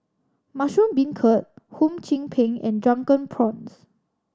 mushroom beancurd Hum Chim Peng and Drunken Prawns